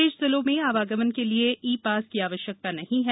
शेष जिलों में आवागमन के लिये ई पास की आवश्यकता नहीं है